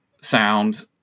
sound